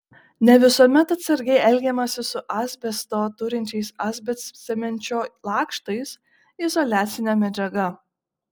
ne visuomet atsargiai elgiamasi su asbesto turinčiais asbestcemenčio lakštais izoliacine medžiaga